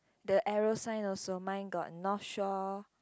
the arrow sign also mine got North Shore